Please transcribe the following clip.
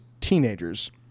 teenagers